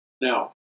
Now